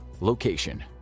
Location